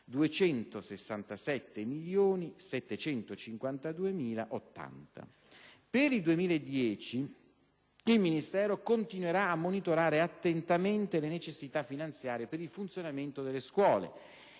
267.752.080 euro. Per il 2010, il Ministero continuerà a monitorare attentamente le necessità finanziarie per il funzionamento delle scuole